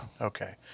Okay